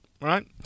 right